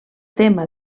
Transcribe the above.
tema